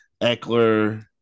Eckler